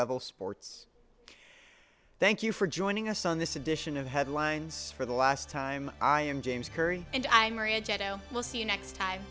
level sports thank you for joining us on this edition of headlines for the last time i am james curry and i'm maria we'll see you next